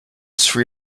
sri